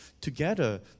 together